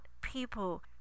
people